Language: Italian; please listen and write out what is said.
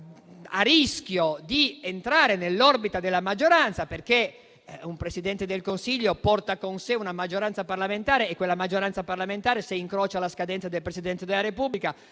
a rischio di entrare nell'orbita della maggioranza, perché un Presidente del Consiglio porta con sé una maggioranza parlamentare e quella maggioranza parlamentare, se incrocia la scadenza del Presidente della Repubblica,